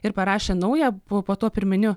ir parašė naują po po tuo pirminiu